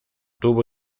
tuvo